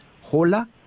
hola